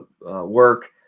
work